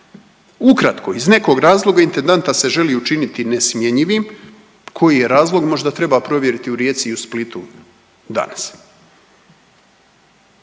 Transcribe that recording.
Ukratko, iz nekog razloga intendanta se želi učiniti nesmjenjivim, koji je razlog, možda treba provjeriti u Rijeci i u Splitu danas.